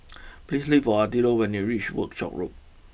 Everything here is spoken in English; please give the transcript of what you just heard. please look for Attilio when you reach Workshop Road